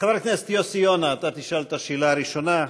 חבר הכנסת יוסי יונה, אתה תשאל את השאלה הראשונה.